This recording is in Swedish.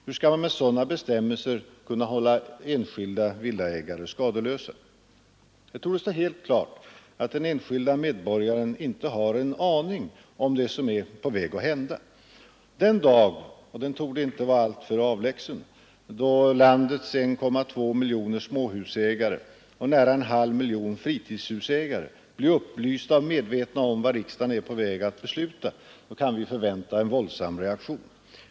Hur skall man med sådana bestämmelser kunna hålla enskilda villaägare skadeslösa. Det torde stå helt klart att den enskilde medborgaren inte har en aning om det som är på väg att hända. Den dag och den torde inte vara alltför avlägsen — då landets 1,2 miljoner småhusägare och nära en halv miljon fritidshusägare blir upplysta och medvetna om vad riksdagen är på väg att besluta, kan vi förvänta en våldsam reaktion.